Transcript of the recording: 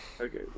Okay